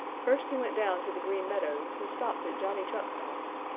first he went down to the green meadows and stopped at johnny chuck's house.